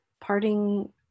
parting